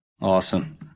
Awesome